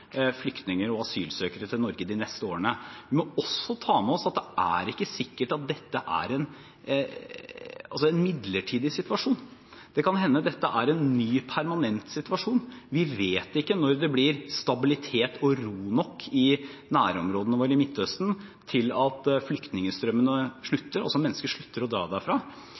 flyktninger og asylsøkere til Norge i de neste årene. Vi må også ta med oss at det er ikke sikkert at dette er en midlertidig situasjon. Det kan hende dette er en ny permanent situasjon. Vi vet ikke når det blir stabilitet og ro nok i nærområdene i Midtøsten til at flyktningstrømmene slutter, til at mennesker slutter å dra